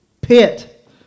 pit